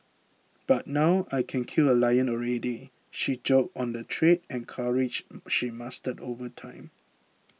but now I can kill a lion already she joked on the trade and courage she mastered over time